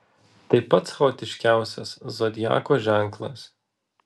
tai pats chaotiškiausias zodiako ženklas